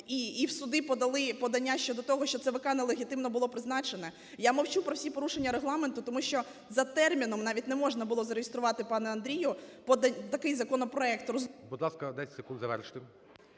і в суди подали подання щодо того, що ЦВК нелегітимно було призначене? Я мовчу про всі порушення Регламенту, тому що за терміном навіть не можна було зареєструвати, пане Андрію, такий законопроект…